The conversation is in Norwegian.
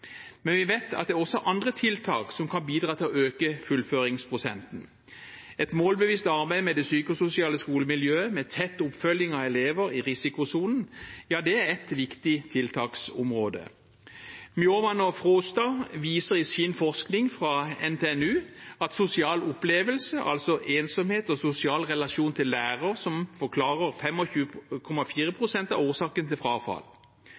men vi vet at det også er andre tiltak som kan bidra til å øke fullføringsprosenten. Et målbevisst arbeid med det psykososiale skolemiljøet, med tett oppfølging av elever i risikosonen, er et viktig tiltaksområde. Mjaavatn og Frostad viser i sin forskning fra NTNU at sosial opplevelse, altså ensomhet og sosial relasjon til lærer, forklarer 25,4 pst. av årsaken til frafall.